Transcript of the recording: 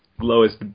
lowest